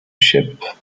ship